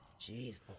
Jeez